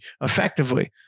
effectively